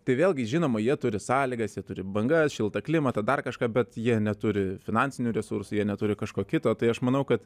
tai vėlgi žinoma jie turi sąlygas jie turi bangas šiltą klimatą dar kažką bet jie neturi finansinių resursų jie neturi kažko kito tai aš manau kad